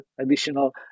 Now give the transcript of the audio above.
additional